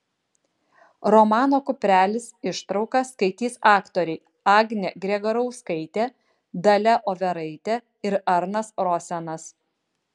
romano kuprelis ištrauką skaitys aktoriai agnė gregorauskaitė dalia overaitė ir arnas rosenas